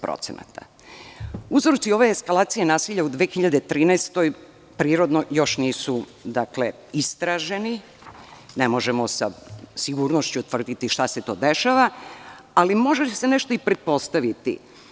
Uzroci ove eskalacije nasilja u 2013. godini prirodno još nisu istraženi, ne možemo sa sigurnošću utvrditi šta se to dešava, ali može li se nešto i pretpostaviti.